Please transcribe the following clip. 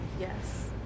Yes